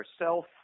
ourself